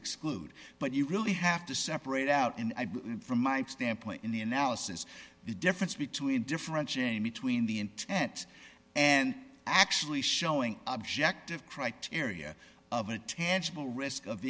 exclude but you really have to separate out in from my standpoint in the analysis the difference between differentiating between the intent and actually showing objective criteria of a tangible risk of